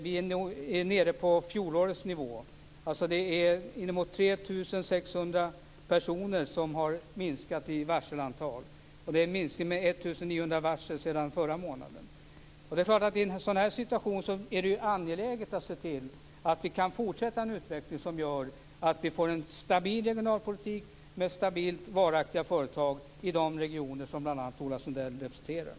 Vi är nu nere på fjolårets nivå. Antalet varslade har minskat med inemot 3 600 personer. Det är en minskning med 1 900 varsel sedan förra månaden. I en sådan situation är det angeläget att se till att vi kan fortsätta en utveckling som gör att vi får en stabil regionalpolitik med stabila och varaktiga företag i de regioner som bl.a. Ola Sundell representerar.